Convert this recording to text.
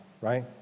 right